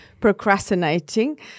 procrastinating